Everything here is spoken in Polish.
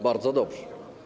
Bardzo dobrze.